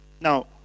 Now